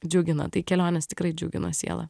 džiugina tai kelionės tikrai džiugina sielą